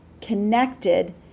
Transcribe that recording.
connected